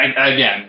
again